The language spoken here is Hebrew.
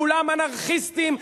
כולם אנרכיסטים,